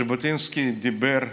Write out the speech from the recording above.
ז'בוטינסקי דיבר,